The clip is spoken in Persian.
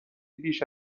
بیش